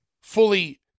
fully